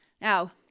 Now